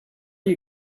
you